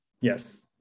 Yes